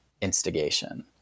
instigation